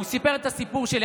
והוא סיפר את הסיפור שלי.